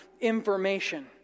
information